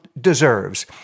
deserves